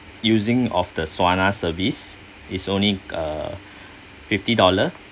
using of the sauna ah service is only uh fifty dollar